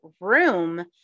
room